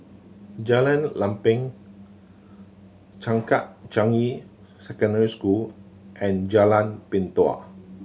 Jalan Lempeng Changkat Changi Secondary School and Jalan Pintau